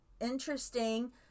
interesting